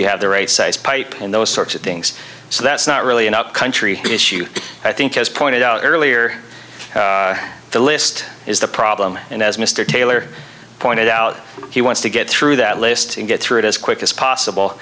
you have the right size pipe and those sorts of things so that's not really an upcountry issue i think as pointed out earlier the list is the problem and as mr taylor pointed out he wants to get through that list and get through it as quick as possible